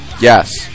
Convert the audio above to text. Yes